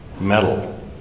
metal